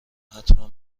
حتما